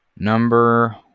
Number